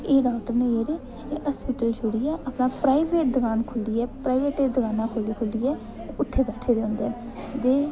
एह् डाक्टर न जेह्ड़े एह् हस्पिटल छोड़ियै अपना प्राइवेट दकान खोह्लियै प्राइवेट दकानां खोह्ली खोह्लियै उत्थै बेठे दे होंदे न दे